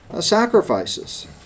sacrifices